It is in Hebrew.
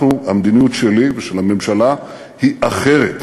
אנחנו, המדיניות שלי ושל הממשלה, היא אחרת.